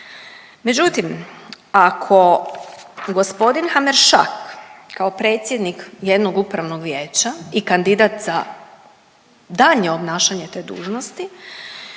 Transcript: Međutim, ako gospodin Hameršak kao predsjednik jednog Upravnog vijeća i kandidat za daljnje obnašanje te dužnosti